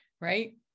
right